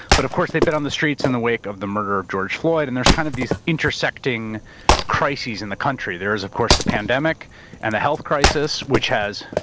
but of course they've been on the streets in the wake of the murder of george floyd, and there's kind of these intersecting crises in the country. there is of course the pandemic and the health crisis, which has,